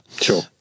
Sure